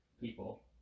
people